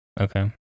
Okay